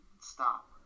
stop